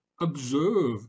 observe